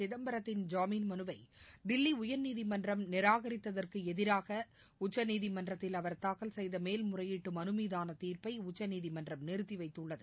சிதம்பரத்தின் ஜாமீன் மனுவைதில்லிஉயர்நீதிமன்றம் நிராகரித்ததற்குஎதிராகஉச்சநீதிமன்றத்தில் அவர் தாக்கல் செய்தமேல்முறையீட்டுமனுமீதானதீர்ப்பைஉச்சநீதிமன்றம் நிறுத்திவைத்துள்ளது